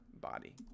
body